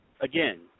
again